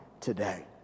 today